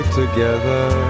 together